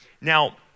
Now